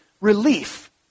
relief